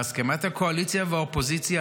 בהסכמת הקואליציה והאופוזיציה,